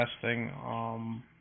testing